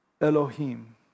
Elohim